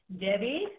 Debbie